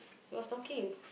he was talking